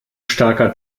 starker